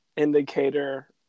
Indicator